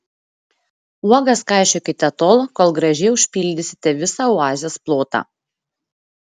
uogas kaišiokite tol kol gražiai užpildysite visą oazės plotą